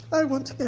i want